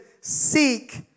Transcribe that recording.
seek